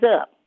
up